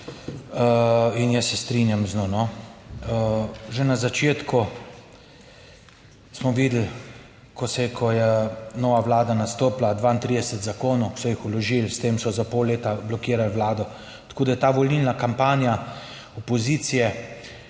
in jaz se strinjam z njo. Že na začetku smo videli, ko se je, ko je nova vlada nastopila, 32 zakonov so jih vložili, s tem so za pol leta blokirali vlado. Tako da ta volilna kampanja opozicije